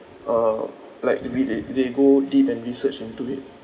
uh like to read it they go deep and research into it